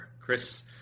Chris